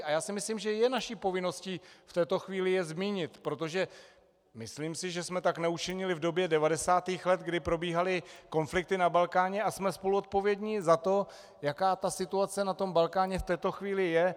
A já si myslím, že je naší povinností v této chvíli je zmínit, protože si myslím, že jsme tak neučinili v době 90. let, kdy probíhaly konflikty na Balkáně, a jsme spoluzodpovědní za to, jaká situace na Balkáně v této chvíli je.